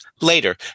later